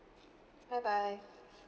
bye bye